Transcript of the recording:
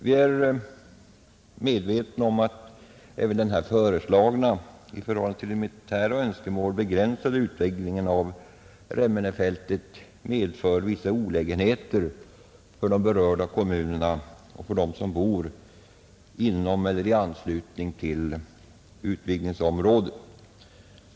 Vi är medvetna om att även den här föreslagna, i förhållande till militära önskemål begränsade utvidgningen av Remmenefältet medför vissa olägenheter för de berörda kommunerna och för dem som bor inom eller i anslutning till utvidgningsområdet.